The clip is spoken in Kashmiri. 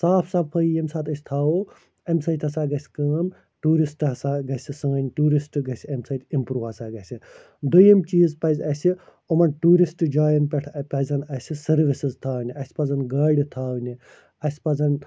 صاف صَفٲیی ییٚمہِ ساتہٕ أسۍ تھاوو اَمہِ سۭتۍ ہَسا گَژھہِ کٲم ٹیٛوٗرِسٹہٕ ہَسا گَژھہِ سٲنۍ ٹیٛوٗرِسٹہٕ گَژھہِ اَمہِ سۭتۍ اِمپرٛو ہَسا گَژھہِ دوٚیِم چیٖز پَزِ اسہِ یِمَن ٹیٛوٗرِسٹہٕ جایَن پٮ۪ٹھ پَزَن اسہِ سٔروِسِز تھاونہٕ اسہِ پَزَن گاڑِ تھاونہٕ اسہِ پَزَن